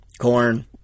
corn